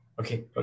Okay